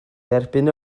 derbyn